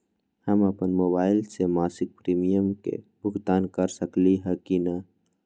हम अपन मोबाइल से मासिक प्रीमियम के भुगतान कर सकली ह की न?